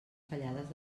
fallades